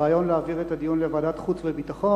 הרעיון להעביר את הדיון לוועדת החוץ והביטחון,